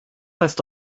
heißt